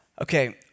Okay